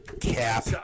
Cap